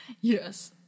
Yes